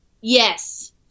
Yes